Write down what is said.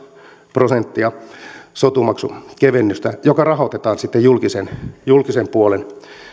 prosenttia sotu maksun kevennystä joka rahoitetaan sitten julkisen julkisen puolen